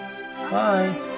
Bye